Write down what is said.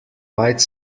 white